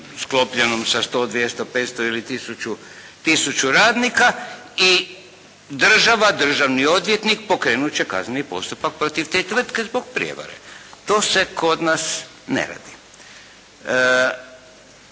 sklopljenim sa 100, 200, 500 ili tisuću radnika i država, državni odvjetnik pokrenuti će kazneni postupak protiv te tvrtke zbog prijevare. To se kod nas ne radi.